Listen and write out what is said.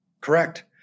Correct